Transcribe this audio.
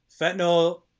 fentanyl